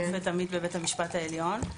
השופט עמית בבית המשפט העליון.